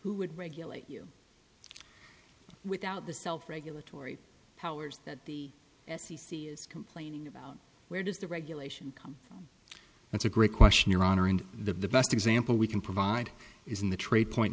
who would regulate you without the self regulatory powers that the c c is complaining about where does the regulation come that's a great question your honor and the best example we can provide is in the trade point